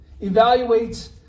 Evaluate